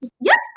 yes